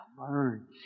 learn